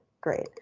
Great